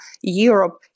Europe